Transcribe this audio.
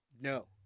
no